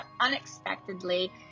unexpectedly